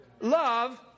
Love